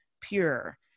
pure